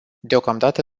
deocamdată